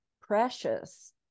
precious